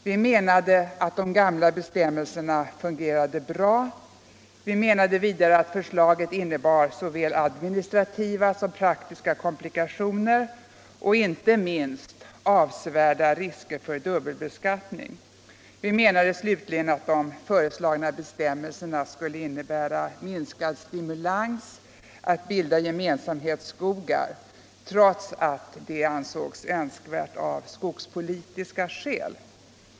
Vi menade att de gamla skattebestämmelserna fungerade bra och att förslaget innebar såväl administrativa som praktiska komplikationer samt inte minst avsevärda risker för dubbelbeskattning: Vi menade slutligen att de föreslagna bestämmelserna skulle innebära minskad stimulans att bilda gemensamhetsskogar trots att det ansågs önskvärt av skogspolitiska skäl.